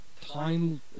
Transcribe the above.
time